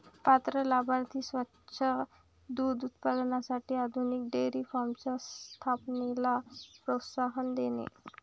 पात्र लाभार्थी स्वच्छ दूध उत्पादनासाठी आधुनिक डेअरी फार्मच्या स्थापनेला प्रोत्साहन देणे